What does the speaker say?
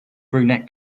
brunette